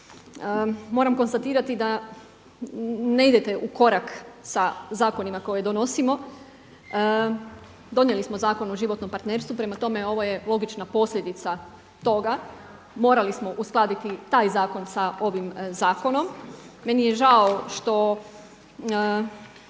Moram konstatirati da ne idete u korak sa zakonima koje donosimo. Donijeli smo Zakon o životnom partnerstvu, prema tome ovo je logična posljedica toga. Morali smo uskladiti taj zakon sa ovim zakonom. Meni je žao što